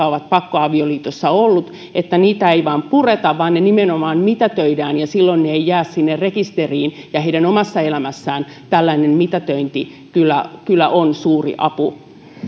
ovat pakkoavioliitossa olleet että niitä ei vain pureta vaan ne nimenomaan mitätöidään silloin ne eivät jää sinne rekisteriin ja heidän omassa elämässään tällainen mitätöinti kyllä kyllä on suuri apu